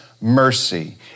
mercy